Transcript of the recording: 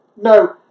No